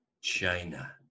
China